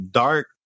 dark